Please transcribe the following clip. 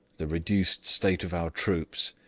the reduced state of our troops,